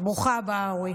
ברוכה הבאה, אורי.